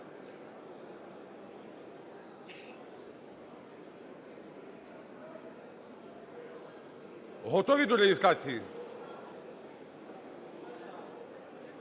Готові до реєстрації?